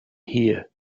here